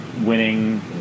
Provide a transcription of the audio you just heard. winning